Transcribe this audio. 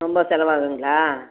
ரொம்ப செலவாகுங்களா